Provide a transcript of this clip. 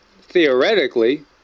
theoretically